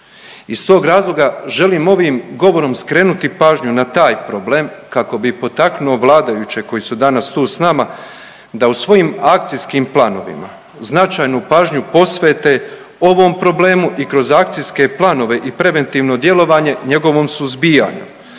Iz tog razloga želim ovim govorom skrenuti pažnju na taj problem kako bi potaknuo vladajuće koji su danas tu sa nama da u svojim akcijskim planovima značajnu pažnju posvete ovom problemu i kroz akcijske planove i preventivno djelovanje njegovom suzbijanju.